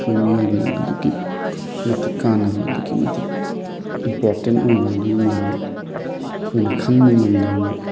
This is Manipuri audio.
ꯑꯩꯈꯣꯏ ꯃꯤꯑꯣꯏꯕꯗ ꯑꯗꯨꯛꯀꯤ ꯃꯇꯤꯛ ꯀꯥꯟꯅꯕ ꯑꯗꯨꯛꯀꯤ ꯃꯇꯤꯛ ꯏꯝꯄꯣꯔꯇꯦꯟ ꯑꯣꯏꯅ ꯑꯗꯨꯒꯨꯝꯂꯕ ꯑꯩꯈꯣꯏꯅ ꯈꯪꯕ ꯉꯝꯗ꯭ꯔꯕ